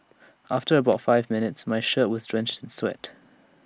after about five minutes my shirt was drenched sweat